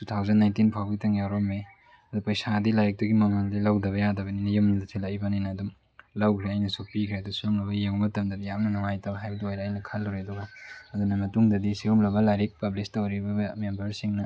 two thousand nineteen ꯐꯥꯎꯒꯤꯇꯪ ꯌꯥꯎꯔꯝꯃꯦ ꯑꯗꯣ ꯂꯥꯏꯔꯤꯛꯇꯨꯒꯤ ꯃꯃꯜꯗꯤ ꯂꯧꯗꯕ ꯌꯥꯗꯕꯅꯤꯅ ꯌꯨꯝꯗ ꯊꯤꯜꯂꯛꯏꯕꯅꯤꯅ ꯑꯗꯨꯝ ꯂꯧꯈꯔꯦ ꯑꯩꯅꯁꯨ ꯄꯤꯈꯔꯦ ꯑꯗꯨ ꯆꯨꯝꯂꯕ ꯌꯦꯡꯉꯨꯕ ꯃꯇꯝꯗꯗꯤ ꯌꯥꯝꯅ ꯅꯨꯉꯥꯏꯇꯕ ꯍꯥꯏꯕꯗꯨ ꯑꯣꯏꯔꯦ ꯑꯩꯅ ꯈꯜꯂꯨꯔꯤꯗꯨꯒ ꯑꯗꯨꯅ ꯃꯇꯨꯡꯗꯗꯤ ꯑꯁꯤꯒꯨꯝꯂꯕ ꯂꯥꯏꯔꯤꯛ ꯄꯕ꯭ꯂꯤꯁ ꯇꯧꯔꯤꯕ ꯃꯦꯝꯕ꯭ꯔꯁꯤꯡꯅ